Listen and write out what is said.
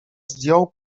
zdjął